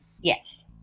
Yes